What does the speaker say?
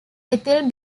ethyl